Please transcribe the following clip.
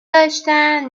داشتن